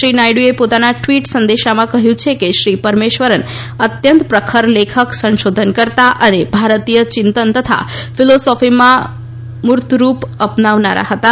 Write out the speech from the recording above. શ્રી નાયડુએ પોતાના ટૃવીટ સંદેશામાં કહ્યું છે કે શ્રી પરમેશ્વરન અત્યંત પ્રખર લેખક સંશોધનકર્તા અને ભારતીય ચિંતન તથા ફિલોસોફીમાં મૂર્તરૂપ આપનારા હતાં